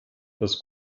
dass